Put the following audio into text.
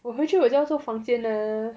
我回去我就要做房间 leh